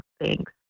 Thanks